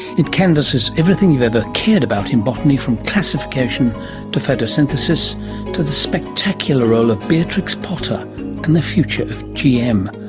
it canvasses everything you've ever cared about in botany, from classification to photosynthesis to the spectacular role of beatrix potter and the future of gm.